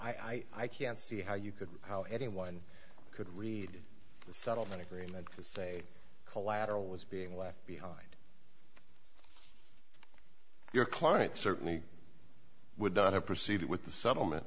i can't see how you could how anyone could read the settlement agreement to say collateral was being left behind your client certainly would not have proceeded with the supplement